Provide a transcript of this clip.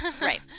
Right